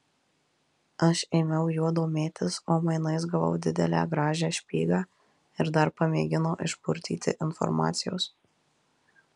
aš ėmiau juo domėtis o mainais gavau didelę gražią špygą ir dar pamėgino išpurtyti informacijos